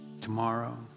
tomorrow